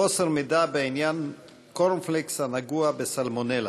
חוסר מידע בעניין קורנפלקס הנגוע בסלמונלה.